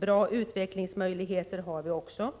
Bra utvecklingsmöjligheter har vi också.